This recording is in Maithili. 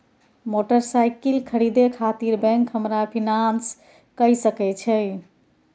मोटरसाइकिल खरीदे खातिर बैंक हमरा फिनांस कय सके छै?